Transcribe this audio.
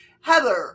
Heather